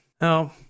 no